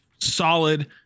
solid